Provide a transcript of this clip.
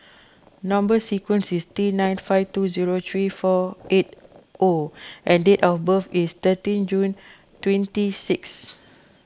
Number Sequence is T nine five two zero three four eight O and date of birth is thirteen June twenty six